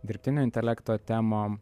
dirbtinio intelekto temom